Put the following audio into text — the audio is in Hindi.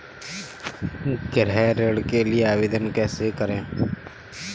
गृह ऋण के लिए आवेदन कैसे करें?